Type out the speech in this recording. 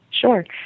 Sure